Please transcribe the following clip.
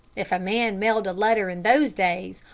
if a man mailed a letter in those days,